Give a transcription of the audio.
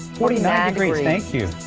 fourteen agri thank you.